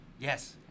Yes